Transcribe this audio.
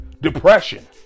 depression